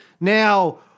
Now